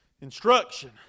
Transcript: Instruction